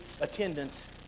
attendance